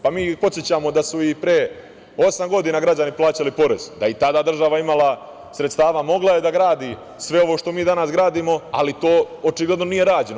Pa, mi ih podsećamo da su i pre osam godina građani plaćali porez, da je i tada država imala sredstava, mogla je da gradi sve ovo što mi danas gradimo, ali to očigledno nije rađeno.